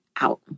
out